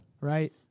Right